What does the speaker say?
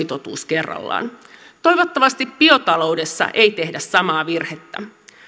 totuus kerrallaan toivottavasti biotaloudessa ei tehdä samaa virhettä